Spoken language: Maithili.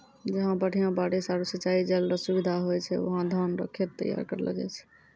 जहां बढ़िया बारिश आरू सिंचाई जल रो सुविधा होय छै वहां धान रो खेत तैयार करलो जाय छै